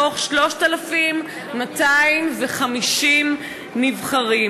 מתוך 3,250 נבחרים.